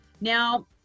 Now